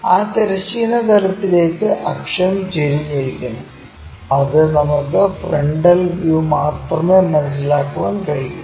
ആ തിരശ്ചീന തലത്തിലേക്ക് അക്ഷം ചെരിഞ്ഞിരിക്കുന്നു അത് നമുക്ക് ഫ്രണ്ട് വ്യൂവിൽ മാത്രമേ മനസ്സിലാക്കാൻ കഴിയൂ